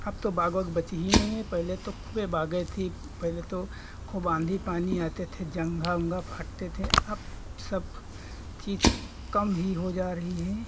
अब तो बाग वाग बचे ही नहीं हैं पहले तो खूबे बागें थी पहले तो खूब आंधी पानी आते थे जंघा ओंघा फटते थे अब सब चीज़ कम ही हो जा रही हैं